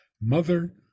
mother